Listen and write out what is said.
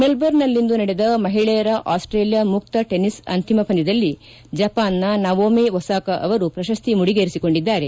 ಮೆಲ್ಜರ್ನ್ನಲ್ಲಿಂದು ನಡೆದ ಮಹಿಳೆಯರ ಆಸ್ಟೇಲಿಯಾ ಮುಕ್ತ ಟೆನಿಸ್ ಅಂತಿಮ ಪಂದ್ಯದಲ್ಲಿ ಜಪಾನ್ನ ನವೊಮಿ ಒಸಾಕಾ ಅವರು ಪ್ರಶಸ್ತಿ ಮುಡಿಗೇರಿಸಿಕೊಂಡಿದ್ದಾರೆ